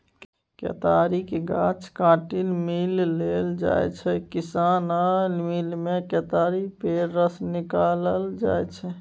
केतारीक गाछ काटि मिल लए जाइ छै किसान आ मिलमे केतारी पेर रस निकालल जाइ छै